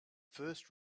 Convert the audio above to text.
first